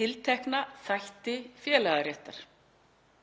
tiltekna þætti félagaréttar.